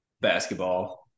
basketball